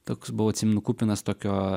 toks buvau atsimenu kupinas tokio